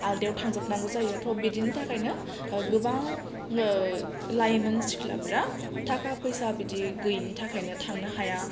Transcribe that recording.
आलदायाव थांजोबनांगौ जायो थ' बिदिनि थाखायनो गोबां लायमोन सिख्लाफ्राना थाखा फैसा बिदि गैयिनि थाखायनो थांनो हाया